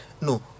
no